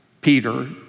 Peter